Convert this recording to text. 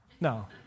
No